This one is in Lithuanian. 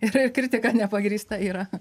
ir ir kritika nepagrįsta yra